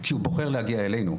כשהוא בוחר להגיע אלינו,